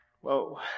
Whoa